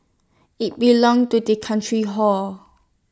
IT belongs to the country hor